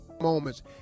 moments